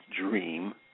dream